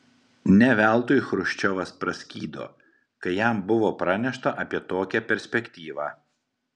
ne veltui chruščiovas praskydo kai jam buvo pranešta apie tokią perspektyvą